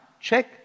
Check